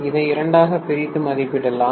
இதை இரண்டாக பிரித்து மதிப்பிடலாம்